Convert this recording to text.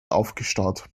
aufgestaut